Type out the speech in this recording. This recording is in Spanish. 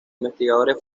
investigadores